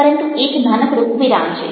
પરંતુ એક નાનકડો વિરામ છે